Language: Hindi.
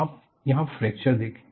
आप यहां फ्रैक्चर देखे